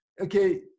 okay